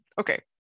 okay